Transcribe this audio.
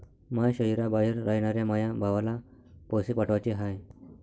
माया शैहराबाहेर रायनाऱ्या माया भावाला पैसे पाठवाचे हाय